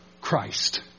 Christ